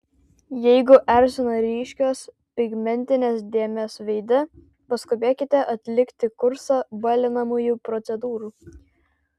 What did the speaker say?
jeigu erzina ryškios pigmentinės dėmės veide paskubėkite atlikti kursą balinamųjų procedūrų